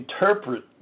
interpret